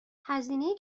هزینه